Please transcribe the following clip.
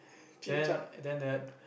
then then the